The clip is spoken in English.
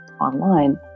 online